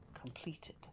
completed